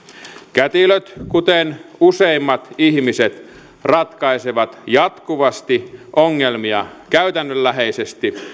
kätilöt kuten useimmat ihmiset ratkaisevat jatkuvasti ongelmia käytännönläheisesti